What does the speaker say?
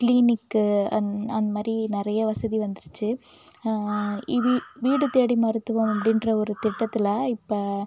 கிளினிக்கு அந் அந்த மாதிரி நிறைய வசதி வந்துருச்சு இது வீடு தேடி மருத்துவம் அப்படின்ற ஒரு திட்டத்தில் இப்போ